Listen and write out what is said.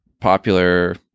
popular